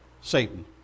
Satan